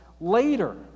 later